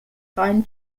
rhein